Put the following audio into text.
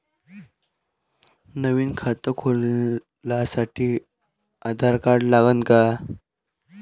नवीन खात खोलासाठी आधार कार्ड लागन का?